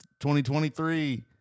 2023